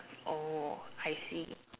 I see